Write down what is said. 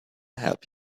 help